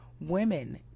Women